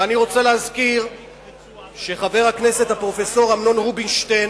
ואני רוצה להזכיר שחבר הכנסת הפרופסור אמנון רובינשטיין